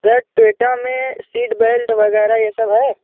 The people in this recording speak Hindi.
सर टोयोटा में सीट बेल्ट वग़ैरह यह सब है